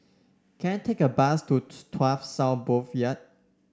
can I take a bus to Tuas South Boulevard